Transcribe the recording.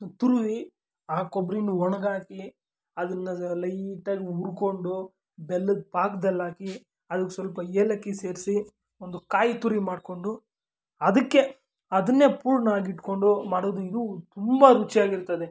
ತು ತುರುವಿ ಆ ಕೊಬ್ರಿನ ಒಣ್ಗಿ ಹಾಕಿ ಅದನ್ನ ಅದು ಲೈಟಾಗಿ ಹುರ್ಕೊಂಡು ಬೆಲ್ಲದ ಪಾಕದಲ್ಲಾಕಿ ಅದಕ್ಕೆ ಸ್ವಲ್ಪ ಏಲಕ್ಕಿ ಸೇರಿಸಿ ಒಂದು ಕಾಯಿ ತುರಿ ಮಾಡಿಕೊಂಡು ಅದಕ್ಕೆ ಅದನ್ನೇ ಪೂರ್ಣವಾಗಿಟ್ಟುಕೊಂಡು ಮಾಡುದು ಇದು ತುಂಬ ರುಚಿಯಾಗಿರ್ತದೆ